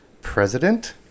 president